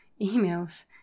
emails